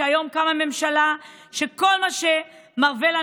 שהיום קמה ממשלה שכל מה שמרווה אותה